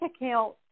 account